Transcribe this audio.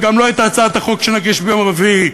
וגם לא את הצעת החוק שנגיש ביום רביעי,